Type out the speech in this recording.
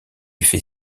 fait